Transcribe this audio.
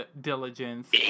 Diligence